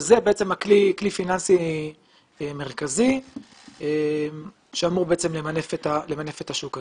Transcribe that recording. זה בעצם כלי פיננסי מרכזי שאמור למנף את השוק הזה.